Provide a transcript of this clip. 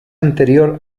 anterior